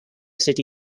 city